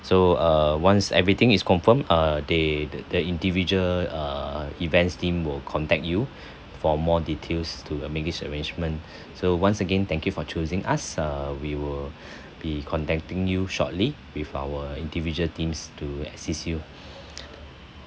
so err once everything is confirm uh they the the individual err events team will contact you for more details to uh make this arrangement so once again thank you for choosing us err we will be contacting you shortly with our individual teams to assist you